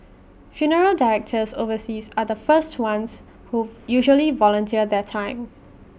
funeral directors overseas are the first ones who usually volunteer their time